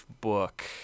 book